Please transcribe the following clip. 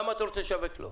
למה אתה רוצה לשווק לו?